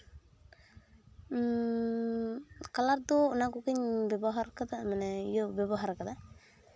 colour ᱫᱚ ᱚᱱᱟ ᱠᱚᱜᱮᱧ ᱵᱮᱵᱚᱦᱟᱨ ᱠᱟᱫᱟ ᱢᱟᱱᱮ ᱤᱭᱟᱹ ᱵᱮᱵᱚᱦᱟᱨ ᱠᱟᱫᱟ